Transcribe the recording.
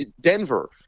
Denver